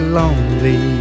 lonely